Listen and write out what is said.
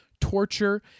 torture